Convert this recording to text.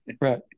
Right